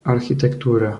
architektúra